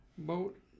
boat